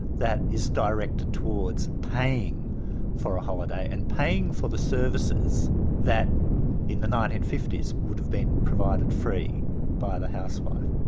that is directed towards paying for a holiday, and paying for the services that in the nineteen fifty s would have been provided free by the housewife.